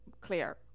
clear